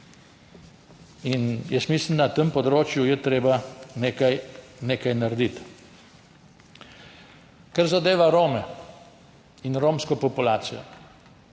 Mislim, da je na tem področju treba nekaj narediti. Kar zadeva Rome in romsko populacijo.